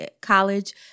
college